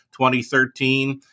2013